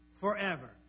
forever